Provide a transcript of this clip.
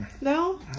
No